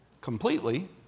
completely